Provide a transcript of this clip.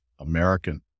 American